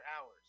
hours